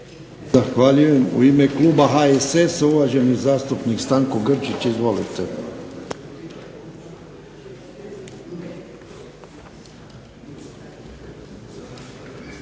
Zahvaljujem U ime kluba HDSSB-a uvaženi zastupnik Boro Grubišić. Izvolite.